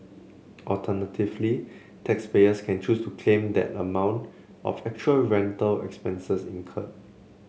alternatively taxpayers can choose to claim the amount of actual rental expenses incurred